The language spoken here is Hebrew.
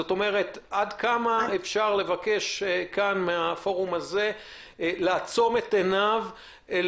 עד כמה אפשר לבקש מהפורום הזה לעצום את עיניו אל